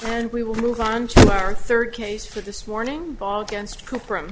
and we will move on to our third case for this morning ball against come from